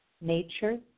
nature